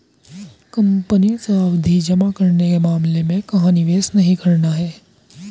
Company सावधि जमा के मामले में कहाँ निवेश नहीं करना है?